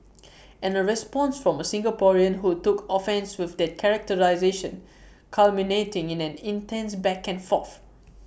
and A response from A Singaporean who took offence with that characterisation culminating in an intense back and forth